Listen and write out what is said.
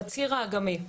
בציר האג"מי,